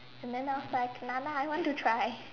and then I was like Nana I want to try